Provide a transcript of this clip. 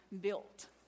built